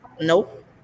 Nope